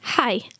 Hi